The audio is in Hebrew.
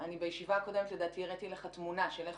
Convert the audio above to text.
בישיבה הקודמת הראיתי לך תמונה של איך